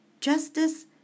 Justice